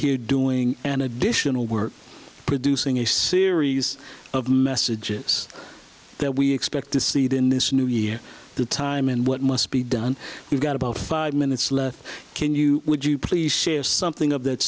here doing an additional work producing a series of messages that we expect to see that in this new year the time in what must be done you've got about five minutes left can you would you please share something of that